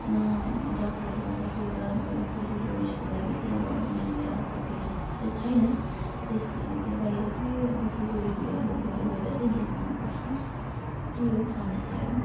डाक्टरहरू कतिवटा अब ठुल्ठुलो उयसको लागि चाहिँ अब यहाँनेर कति चाहिँ छैन त्यसको लागि चाहिँ बाहिरकै अब सिलगडीतिर लगेर गएर चाहिँ देखाउनु पर्छ त्यही हो समस्याहरू